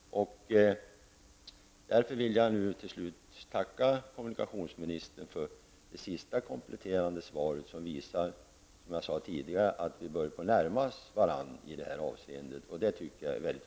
Därför vill jag nu till slut tacka kommunikationsministern för det senaste kompletterande svaret, som visar att vi som sagt börjar närma oss varandras ståndpunkter i det här avseendet -- det tycker jag är viktigt.